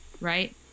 right